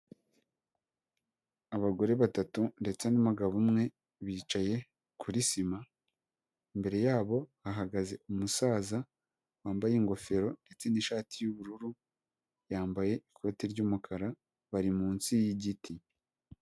Abagore batatu ndetse n'umugabo umwe bicaye kuri sima ,imbere yabo ahagaze umusaza wambaye ingofero ndetse n'ishati y'ubururu yambaye ikoti ry'umukara bari munsi y'igiti.